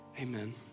amen